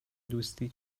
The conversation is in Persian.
دوستی